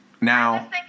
Now